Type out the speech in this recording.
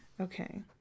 okay